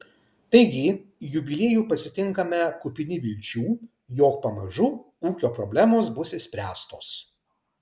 taigi jubiliejų pasitinkame kupini vilčių jog pamažu ūkio problemos bus išspręstos